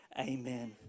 amen